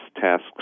tasks